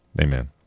Amen